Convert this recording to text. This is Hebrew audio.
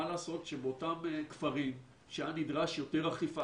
מה לעשות שבאותם כפרים שהיה נדרש יותר אכיפה